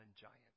Giants